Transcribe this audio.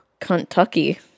Kentucky